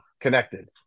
Connected